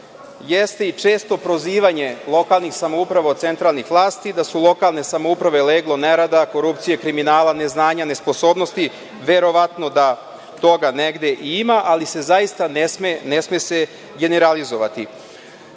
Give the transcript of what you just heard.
jeste i često prozivanje lokalnih samouprava od centralnih vlasti da su lokalne samouprave leglo nerada, korupcije, kriminala, neznanja, nesposobnosti, verovatno da toga negde i ima, ali se zaista ne sme generalizovati.